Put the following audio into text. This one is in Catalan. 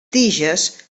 tiges